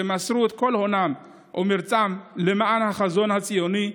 שמסרו את כל הונם ומרצם למען החזון הציוני,